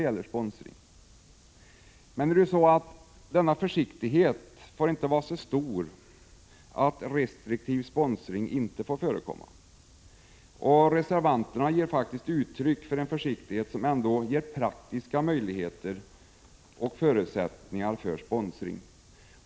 Men denna försiktighet får inte vara så stor att restriktiv sponsring inte får förekomma. Reservanterna ger faktiskt uttryck för en försiktighet som ändå ger praktiska möjligheter och förutsättningar för sponsring.